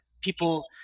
people